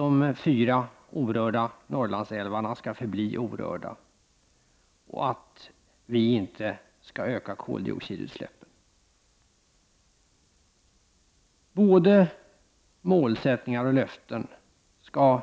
De fyra orörda Norrlandsälvarna skall förbli orörda, och koldioxidutsläppen skall inte ökas. Både målsättningar och löften skall